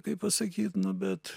kaip pasakyt nu bet